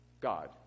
God